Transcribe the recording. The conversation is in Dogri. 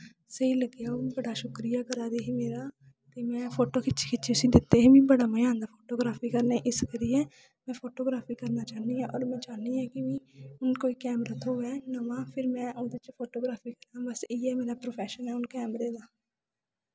स्हेई लग्गेआ ओह् बड़ा शुक्रिया करा दी ही मेरा ते में फोटो खिच्ची खिच्ची उस्सी दित्ते हे मिगी बड़ा मजा आंदा फोटोग्राफ्री करने गी इस करियै में फोटोग्राफ्री करना चाह्न्नी आं होर में चाह्न्नी आं कि में कोई कैमरा थ्होऐ नमां फिर में ओह्दै च फोटोग्राफ्री करां बस इ'यै मेरा प्रोफैशन ऐ कैमरे दा